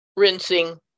rinsing